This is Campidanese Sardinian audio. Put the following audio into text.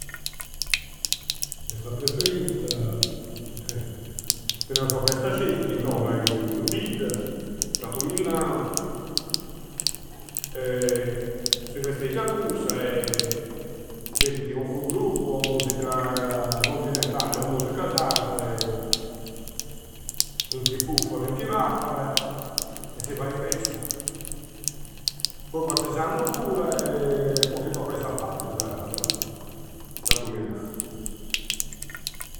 Festa preferita. Eh! Teneusu ua festa scetti innoga, in bidda, Santu Millau. Si festeggia cussa. Bettinti cuncu gruppu o musica continnetalli o musca sarda e. In chi buffada, in chi pappada e si fai festa. Pru fazzu is annu pur e funtu dua festa apparisi, narausu ca. Santu Millau.